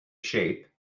shape